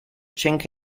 chink